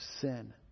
sin